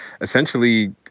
essentially